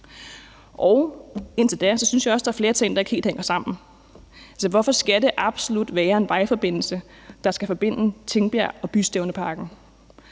Indtil da synes jeg også, at der er flere ting, der ikke helt hænger sammen. Hvorfor skal det absolut være en vejforbindelse, der skal forbinde Tingbjerg og Bystævneparken?